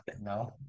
No